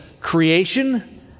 creation